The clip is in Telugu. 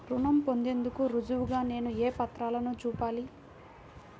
రుణం పొందేందుకు రుజువుగా నేను ఏ పత్రాలను చూపాలి?